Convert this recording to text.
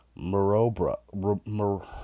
Marobra